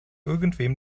irgendwem